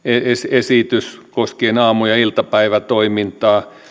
esitys koskien aamu ja iltapäivätoimintaa